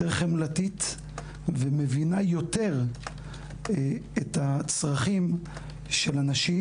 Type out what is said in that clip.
יותר חמלתית ומבינה יותר את הצרכים של הנשים,